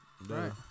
Right